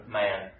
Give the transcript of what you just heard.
man